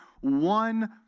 one